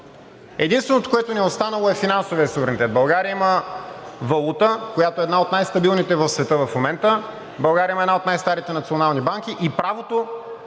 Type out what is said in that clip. Единственото, което ни е останало, е финансовият суверенитет. България има валута, която е една от най-стабилните в света в момента. България има една от най-старите национални банки и правото